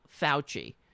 Fauci